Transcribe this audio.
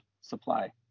supply